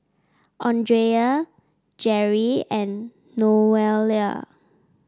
Andrea Jeri and Noelia